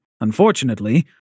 Unfortunately